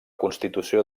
constitució